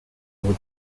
would